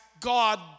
God